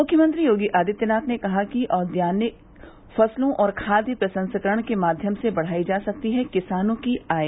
मुख्यमंत्री योगी आदित्यनाथ ने कहा है कि औद्यानिक फसलों और खाद्य प्रसंस्करण के माध्यम से बढ़ाई जा सकती है किसानों की आय